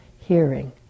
hearing